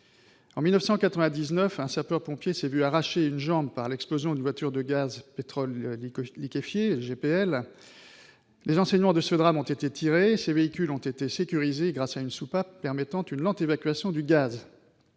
En 1999, un sapeur-pompier s'est vu arracher une jambe par l'explosion d'une voiture au gaz de pétrole liquéfié, le GPL. Les enseignements de ce drame en ont été tirés : les véhicules ont été sécurisés grâce à une soupape permettant une lente évacuation du gaz.